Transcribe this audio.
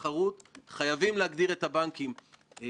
אבל לא יכול להיות שגם רשות התחרות תמשיך כאילו עולם כמנהגו נוהג.